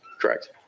Correct